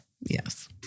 Yes